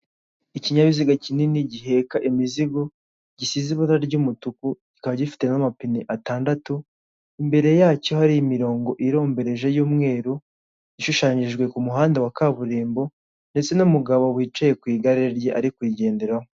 Ikinyabiziga kinini giheka imizigo, gisize ibara ry'umutuku, kikaba gifite n'amapine atandatu, imbere yacyo hari imirongo irombereje y'umweru, ishushanyijwe ku muhanda wa kaburimbo, ndetse n'umugabo wicaye ku igare rye, ari kurigenderaho.